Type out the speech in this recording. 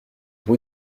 bout